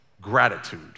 gratitude